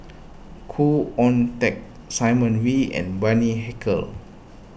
Khoo Oon Teik Simon Wee and Bani Haykal